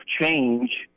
change